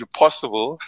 possible